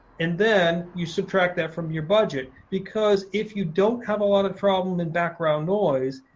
and then you subtract that from your budget. because if you don't have a lot of problem in background noise,